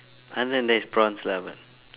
other than that is prawns lah but